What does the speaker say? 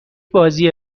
بازی